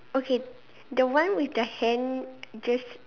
okay the one with the hand just